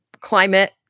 climate